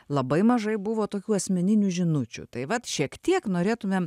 labai mažai buvo tokių asmeninių žinučių tai vat šiek tiek norėtumėm